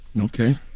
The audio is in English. Okay